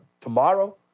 tomorrow